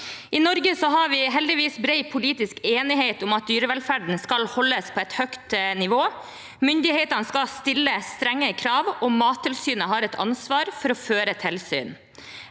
I Norge har vi heldigvis bred politisk enighet om at dyrevelferden skal holdes på et høyt nivå. Myndighetene skal stille strenge krav, og Mattilsynet har et ansvar for å føre tilsyn.